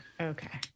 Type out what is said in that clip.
Okay